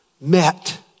met